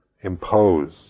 impose